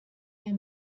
der